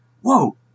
whoa